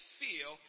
feel